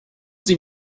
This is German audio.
sie